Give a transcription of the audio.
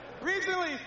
Recently